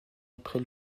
après